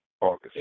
August